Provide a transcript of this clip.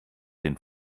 den